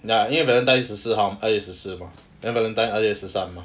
ya 因为 valentine 十四二月十四 mah then valentine 二月十三 mah